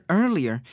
earlier